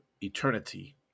eternity